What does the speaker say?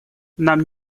нам